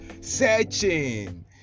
searching